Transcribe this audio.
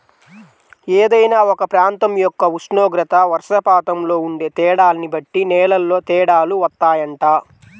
ఏదైనా ఒక ప్రాంతం యొక్క ఉష్ణోగ్రత, వర్షపాతంలో ఉండే తేడాల్ని బట్టి నేలల్లో తేడాలు వత్తాయంట